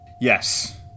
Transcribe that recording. Yes